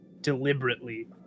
deliberately